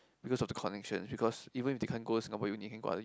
because of the connection because even if they can't go Singapore uni they can go other uni